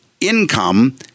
income